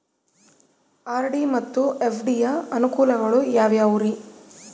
RD ಮತ್ತು FD ಯ ಅನುಕೂಲಗಳು ಯಾವ್ಯಾವುರಿ?